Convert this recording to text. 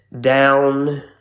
down